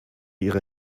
ihre